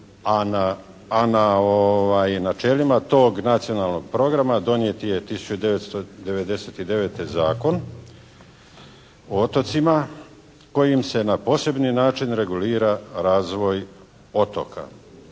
a na načelima tog Nacionalnog programa donijet je 1999. Zakon o otocima kojim se na posebni način regulira razvoj otoka.